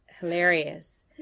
hilarious